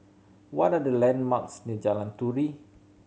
what are the landmarks near Jalan Turi